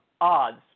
odds